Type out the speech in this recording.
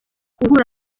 guhura